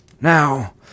Now